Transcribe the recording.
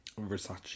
Versace